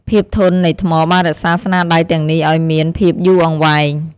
ភាពធន់នៃថ្មបានរក្សាស្នាដៃទាំងនេះឲ្យមានភាពយូរអង្វែង។